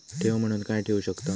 ठेव म्हणून काय ठेवू शकताव?